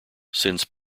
since